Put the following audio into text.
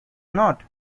not